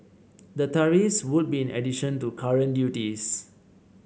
the tariffs would be in addition to current duties